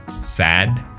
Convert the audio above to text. sad